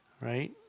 right